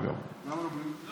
למה לא בריאות?